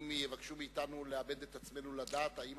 אם יבקשו מאתנו לאבד את עצמנו לדעת, האם